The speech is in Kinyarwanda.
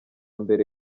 mbere